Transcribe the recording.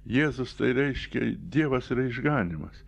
jėzus tai reiškia dievas yra išganymas